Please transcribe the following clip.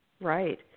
Right